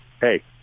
Hey